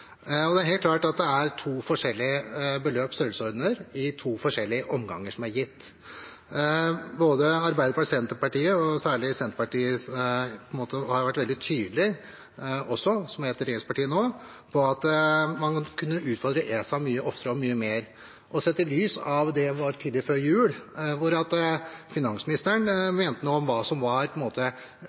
Det er helt klart at det er to forskjellige beløp som er gitt i to forskjellige omganger. Både Arbeiderpartiet og Senterpartiet – særlig Senterpartiet – har vært veldig tydelige, også nå som regjeringspartier, på at man må kunne utfordre ESA mye oftere og mye mer. Sett i lys av tilfellet før jul, der finansministeren mente noe om hva som var